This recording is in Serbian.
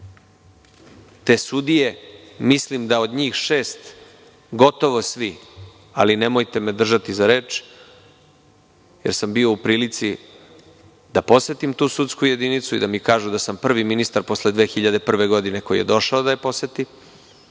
Te sudije, mislim da od njih šest gotovo svi, ali nemojte me držati za reč, jer sam bio u prilici da posetim tu sudsku jedinicu i da mi kažu da sam prvi ministar posle 2001. godine koji je došao da je poseti,